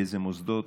לאילו מוסדות?